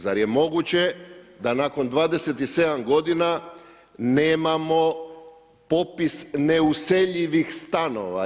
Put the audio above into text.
Zar je moguće da nakon 27 godina nemamo popis neuseljivih stanova?